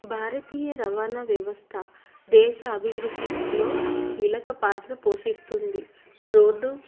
భారతీయ రవాణా వ్యవస్థ దేశ అభివృద్ధిలో కీలక పాత్ర పోషిస్తుంది రోడ్డు